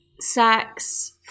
sex